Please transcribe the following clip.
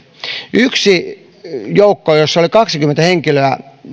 yksi joukko jossa oli kaksikymmentä henkilöä